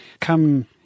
come